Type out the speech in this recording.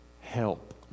Help